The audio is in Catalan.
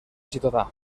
ciutadà